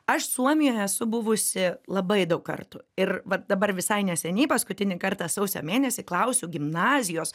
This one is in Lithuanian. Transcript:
aš suomijoje esu buvusi labai daug kartų ir va dabar visai neseniai paskutinį kartą sausio mėnesį klausiu gimnazijos